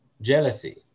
jealousy